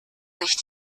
sich